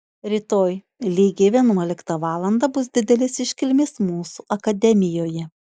rytoj lygiai vienuoliktą valandą bus didelės iškilmės mūsų akademijoje